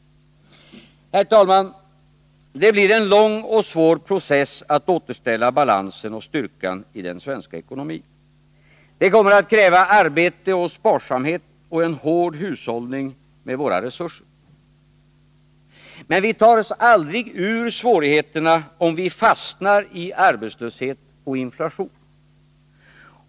Herr talman! Det blir en lång och svår process att återställa balansen och styrkan i den svenska ekonomin. Det kommer att kräva arbete och sparsamhet och en hård hushållning med våra resurser. Men vi tar oss aldrig ur svårigheterna, om vi fastnar i arbetslöshet och inflation.